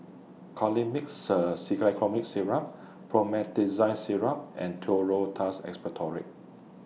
Colimix Syrup Promethazine Syrup and Duro Tuss Expectorant